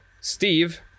Steve